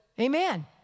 Amen